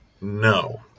No